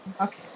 Okay